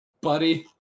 Buddy